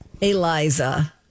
Eliza